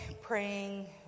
praying